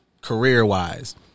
career-wise